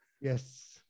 Yes